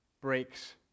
breaks